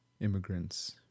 immigrants